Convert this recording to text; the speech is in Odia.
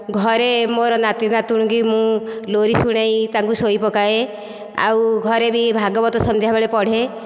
ଘରେ ମୋର ନାତି ନାତୁଣୀଙ୍କି ମୁଁ ଲୋରି ଶୁଣାଇ ତାଙ୍କୁ ଶୁଆଇପକାଏ ଆଉ ଘରେ ବି ଭାଗବତ ସନ୍ଧ୍ୟାବେଳେ ପଢେ